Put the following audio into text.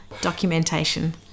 documentation